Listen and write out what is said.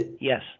Yes